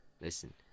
Listen